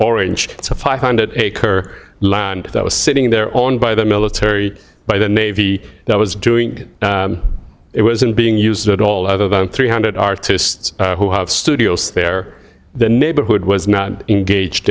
orange it's a five hundred acre land that was sitting there on by the military by the navy that was doing it wasn't being used at all other than three hundred artists who have studios there the neighborhood was not engaged